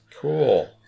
Cool